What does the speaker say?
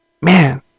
man